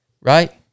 right